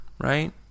right